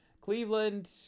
Cleveland